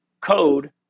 code